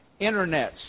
internets